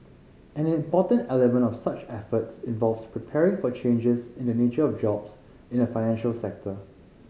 an important element of such efforts involves preparing for changes in the nature of jobs in the financial sector